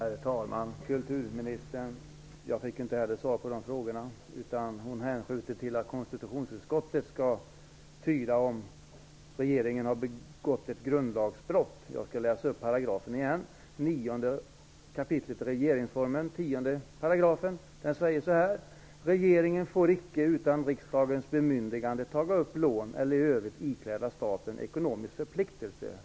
Herr talman! Kulturministern besvarade inte heller mina frågor, utan hon hänvisade till att konstitutionsutskottet skall uttyda om ifall regeringen har begått ett grundlagsbrott. Jag skall åter läsa upp vad som står i 9 kap. 10 § regeringsformen: Regeringen får icke utan riksdagens bemyndigande taga upp lån eller i övrigt ikläda staten ekonomisk förpliktelse.